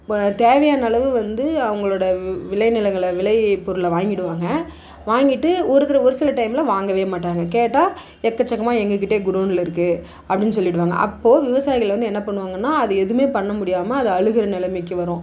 வ தேவையான அளவு வந்து அவங்களோட விளை நிலங்களை விளை பொருளை வாங்கிவிடுவாங்க வாங்கிவிட்டு ஒரு தர ஒரு சில டைமில் வாங்கவே மாட்டாங்க கேட்டால் எக்கச்சக்கமாக எங்கள் கிட்டே குடோனில் இருக்குது அப்படின் சொல்லிவிடுவாங்க அப்போது விவசாயிகள் வந்து என்ன பண்ணுவாங்கன்னால் அது எதுவுமே பண்ண முடியாமல் அது அழுகிற நிலமைக்கி வரும்